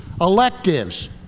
electives